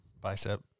bicep